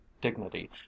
dignity